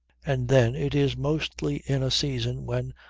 and then it is mostly in a season when,